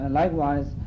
likewise